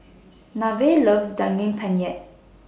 Nevaeh loves Daging Penyet